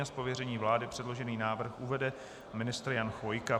Z pověření vlády předložený návrh uvede ministr Jan Chvojka.